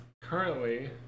currently